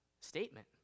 statement